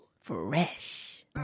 Fresh